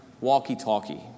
walkie-talkie